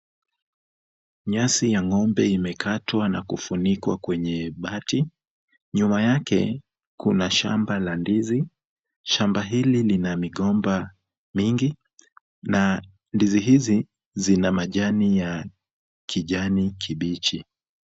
Nyasi ya ng'ombe imekatwa na kufunikwa kwenye bati. Nyuma yake kuna shamba la ndizi. Shamba hili lina migomba mingi na ndizi hizi zina majani ya kijani kibichi.